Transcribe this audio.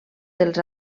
dels